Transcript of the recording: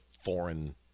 foreign